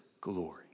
glory